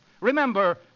remember